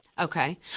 Okay